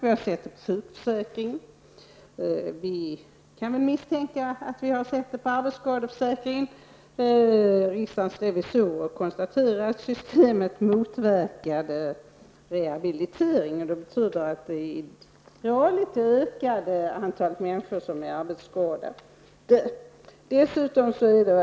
Vi har sett det i sjukförsäkringen, och vi kan väl misstänka att vi har sett det när det gäller arbetsskadeförsäkringen. Riksdagens revisorer konstaterar att systemet motverkade rehabiliteringen. Det betyder att antalet människor som är arbetsskadade ökade litet.